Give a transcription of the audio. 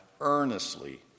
earnestly